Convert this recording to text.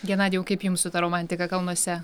genadijau kaip jums su ta romantika kalnuose